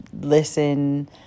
listen